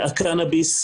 והקנאביס,